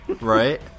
Right